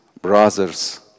brothers